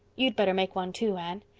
you'd better make one too, anne.